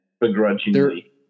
begrudgingly